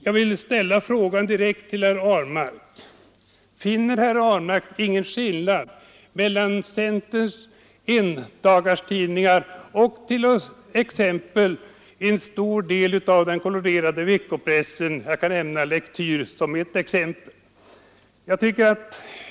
Jag vill ställa frågan direkt till herr Ahlmark: Finner herr Ahlmark ingen skillnad mellan centerns endagstidningar och en stor del av den kolorerade veckopressen — jag kan nämna Lektyr som ett exempel?